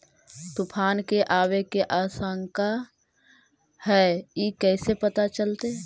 तुफान के आबे के आशंका है इस कैसे पता चलतै?